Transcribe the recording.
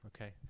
okay